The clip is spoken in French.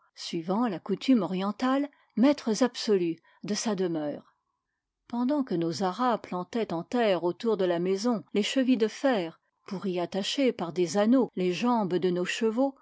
suivant la coutume orientale maîtres absolus de sa demeure pendant que nos arabes plantaient en terre autour de la maison les chevilles de fer pour y attacher par des anneaux les jambes de nos chevaux